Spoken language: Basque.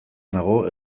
nago